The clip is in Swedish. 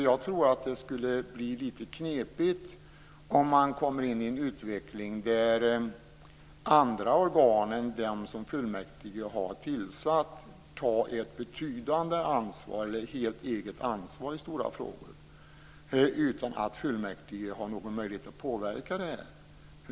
Jag tror att det skulle bli ganska knepigt om man kom in i en utveckling där andra organ än de som fullmäktige har tillsatt tar ett betydande, eller ett helt eget, ansvar i stora frågor utan att fullmäktige har möjlighet att påverka.